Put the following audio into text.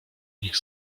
ich